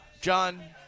john